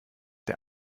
der